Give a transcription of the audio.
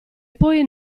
poi